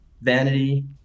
Vanity